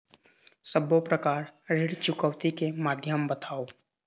सब्बो प्रकार ऋण चुकौती के माध्यम बताव?